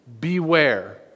Beware